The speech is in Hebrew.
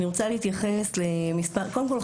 קודם כול,